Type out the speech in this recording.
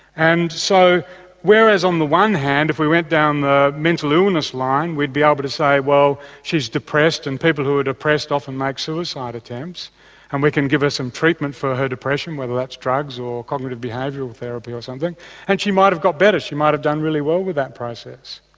and so whereas on the one hand if we went down the mental illness line we'd be able but to say well she's depressed and people who are depressed often make suicide attempts and we can give her some treatment for her depression whether that's drugs or cognitive behavioural therapy or something and she might have got better, she might have done really well with that process.